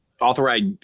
authorized